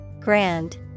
Grand